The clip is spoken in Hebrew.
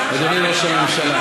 זה קשור לחקירות?